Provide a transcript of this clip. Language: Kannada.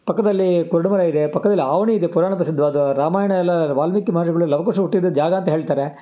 ಪಕ್ಕದಲ್ಲಿ ಕುರುಡು ಮಲೆ ಇದೆ ಪಕ್ದಲ್ಲಿ ಆವನಿ ಇದೆ ಪುರಾಣ ಪ್ರಸಿದ್ದವಾದ ರಾಮಾಯಣ ಎಲ್ಲ ವಾಲ್ಮೀಕಿ ಮಹರ್ಷಿಗಳು ಲವಕುಶರು ಹುಟ್ಟಿದ ಜಾಗ ಅಂತ ಹೇಳ್ತಾರೆ